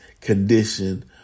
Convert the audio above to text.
Condition